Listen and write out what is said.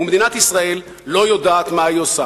ומדינת ישראל לא יודעת מה היא עושה,